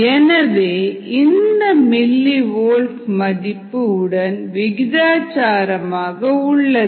எனவே இந்த milli volt மதிப்பு உடன் விகிதாசாரம் ஆக உள்ளது